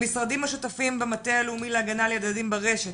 למשרדים השותפים במטה הלאומי להגנה לילדים ברשת,